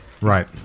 Right